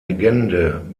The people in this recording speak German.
legende